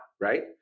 right